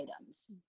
items